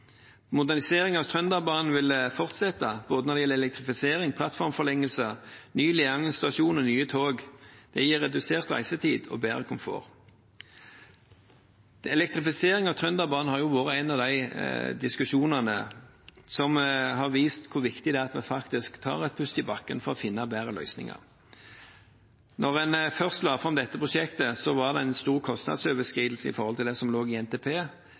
Modernisering av Trønderbanen vil fortsette når det gjelder både elektrifisering, plattformforlengelse, ny Leangen stasjon og nye tog. Det gir redusert reisetid og bedre komfort. Elektrifisering av Trønderbanen har vært en av diskusjonene som har vist hvor viktig det er at vi faktisk tar en pust i bakken for å finne bedre løsninger. Da en først la fram dette prosjektet, var det en stor kostnadsoverskridelse i forhold til det som lå i NTP.